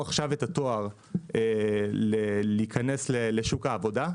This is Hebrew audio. עכשיו את התואר להיכנס לשוק העבודה.